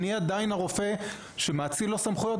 אני עדיין הרופא שמאציל לו סמכויות